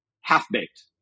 half-baked